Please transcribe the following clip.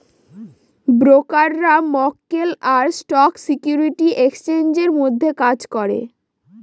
ব্রোকাররা মক্কেল আর স্টক সিকিউরিটি এক্সচেঞ্জের মধ্যে কাজ করে